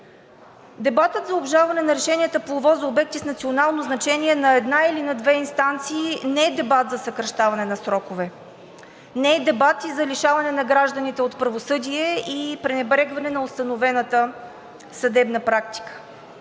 Дебатът за обжалване на решенията по ОВОС за обекти с национално значение на една или на две инстанции не е дебат за съкращаване на срокове, не е дебат и за лишаване на гражданите от правосъдие и пренебрегване на установената съдебна практика.